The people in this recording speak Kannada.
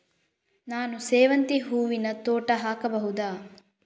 ನಾನು ಸೇವಂತಿ ಹೂವಿನ ತೋಟ ಹಾಕಬಹುದಾ?